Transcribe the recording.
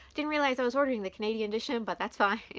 didn't realize i was ordering the canadian edition, but that's fine.